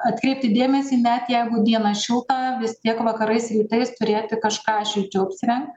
atkreipti dėmesį net jeigu dieną šilta vis tiek vakarais rytais turėti kažką šilčiau apsirengt